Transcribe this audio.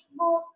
Facebook